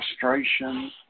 frustration